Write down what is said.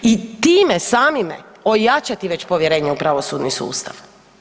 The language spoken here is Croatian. I time samime ojačati već povjerenje u pravosudni sustav.